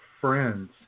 friends